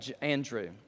Andrew